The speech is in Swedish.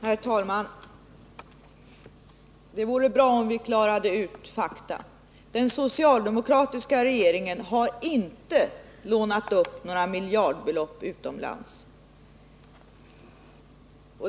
Herr talman! Det vore bra om vi klarade ut fakta. Den socialdemokratiska regeringen har inte lånat några miljardbelopp utomlands.